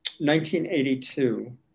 1982